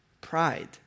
Pride